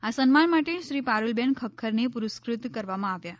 આ સન્માન માટે શ્રી પારૂલબેન ખખખરને પુરસ્ફત કરવામાં આવ્યાં